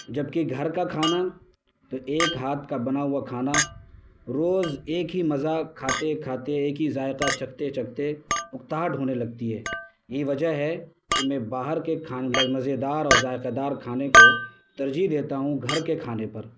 جب کہ گھر کا کھانا تو ایک ہاتھ کا بنا ہوا کھانا روز ایک ہی مزہ کھاتے کھاتے ایک ہی ذائقہ چکھتے چکھتے اکتاہٹ ہونے لگتی ہے یہی وجہ ہے کہ میں باہر کے کھان مزیدار اور ذائقہ دار کھانے کو ترجیح دیتا ہوں گھر کے کھانے پر